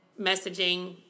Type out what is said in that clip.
messaging